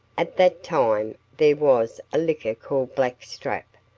at that time there was a liquor black strap,